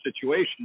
situation